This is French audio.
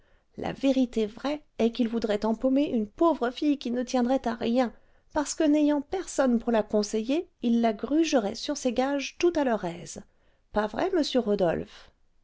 la vérité vraie est qu'ils voudraient empaumer une pauvre fille qui ne tiendrait à rien parce que n'ayant personne pour la conseiller ils la grugeraient sur ses gages tout à leur aise pas vrai monsieur rodolphe